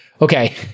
okay